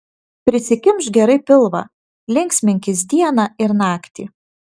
prisikimšk gerai pilvą linksminkis dieną ir naktį